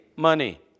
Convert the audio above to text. money